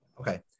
Okay